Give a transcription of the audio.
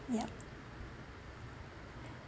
yup